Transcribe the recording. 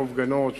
יעקב גנות,